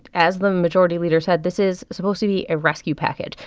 as the majority leader said, this is supposed to be a rescue package.